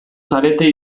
zarete